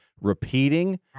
repeating